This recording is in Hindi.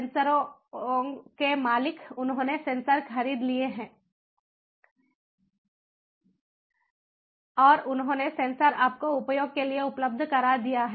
सेंसरों के मालिक उन्होंने सेंसर खरीद लिए हैं और उन्होंने सेंसर आपके उपयोग के लिए उपलब्ध करा दिए हैं